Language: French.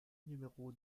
numéro